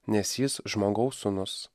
nes jis žmogaus sūnus